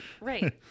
right